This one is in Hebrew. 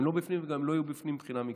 הם לא בפנים וגם לא יהיו בפנים מבחינה מקצועית.